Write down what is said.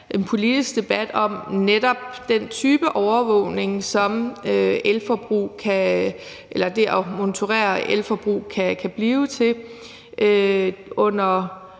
en politisk debat om netop den type overvågning, som det at monitorere elforbrug kan blive til. Under